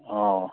ꯑꯣ